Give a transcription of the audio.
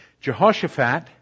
Jehoshaphat